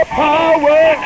power